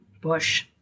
bush